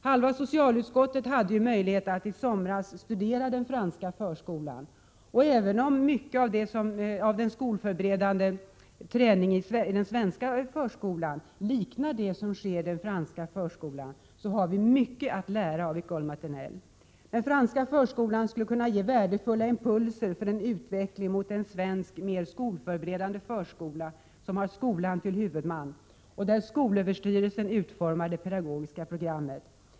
Halva socialutskottet hade ju i somras möjlighet att studera den franska förskolan. Även om mycket av den svenska skolförberedande träningen av förskolebarn liknar det som sker i den franska förskolan, har vi mycket att lära av I'ecole maternelle. Den franska förskolan skulle kunna ge värdefulla impulser för en utveckling mot en svensk mer skolförberedande förskola som har skolan till huvudman och där skolöverstyrelsen utformar det pedagogiska programmet.